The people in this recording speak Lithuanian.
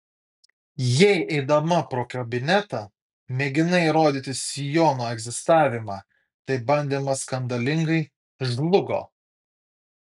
jei eidama pro kabinetą mėginai įrodyti sijono egzistavimą tai bandymas skandalingai žlugo